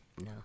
No